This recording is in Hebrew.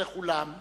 לכל אחד